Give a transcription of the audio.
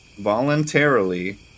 Voluntarily